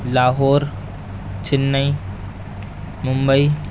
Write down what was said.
Lahore Chennai Mumbai